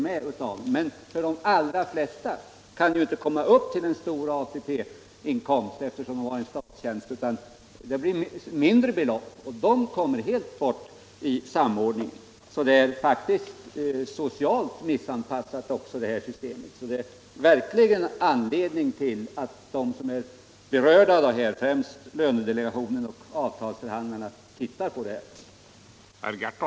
Men de allra flesta kan ju inte nå upp i så stor ATP-inkomst, eftersom de har en statstjänst, och kommer då helt bort i samordningen. Detta system är alltså oriktigt även från social synpunkt, och det finns verklig anledning för de berörda — främst lönedelegationen och avtalsförhandlarna — att titta på denna fråga.